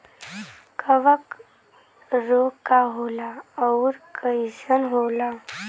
कवक रोग का होला अउर कईसन होला?